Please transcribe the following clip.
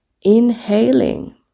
Inhaling